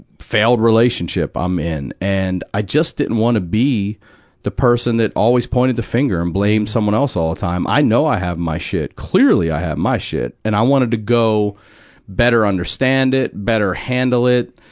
failed relationship i'm in. and i just didn't want to be the person that always pointed the finger and blamed someone else all the time. i know i have my shit. clearly, i have my shit. and i wanted to go better understand it, better handle it,